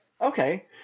Okay